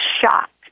shocked